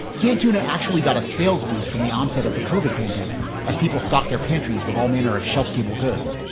canned tuna actually got a sales boost from the onset of the covid pandemic as people stock their pantries with all manner of shelf stable goods.